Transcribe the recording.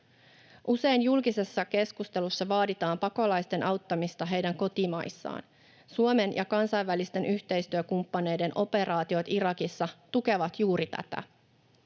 Usein julkisessa keskustelussa vaaditaan pakolaisten auttamista heidän kotimaissaan. Suomen ja kansainvälisten yhteistyökumppaneiden operaatiot Irakissa tukevat juuri tätä.